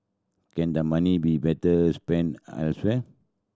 can the money be better spent elsewhere